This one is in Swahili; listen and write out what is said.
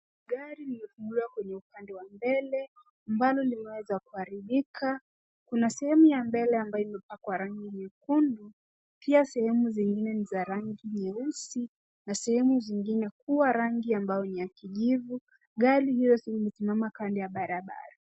Gari lililofunguliwa kwenye upande wa mbele ambalo limeweza kuharibika. Kuna sehemu ya mbele ambayo umepakwa rangi nyekundu, pia sehemu zingine ni za rangi nyeusi na sehemu zingine kuwa rangi ambayo ni ya kijivu. Gari hiyo imesimama kando ya barabara.